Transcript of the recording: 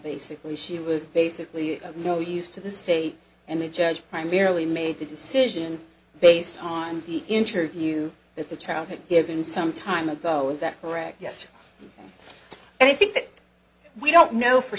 basically she was basically of no use to the state and the judge primarily made the decision based on the interview that the child had given some time ago is that correct yes i think that we don't know for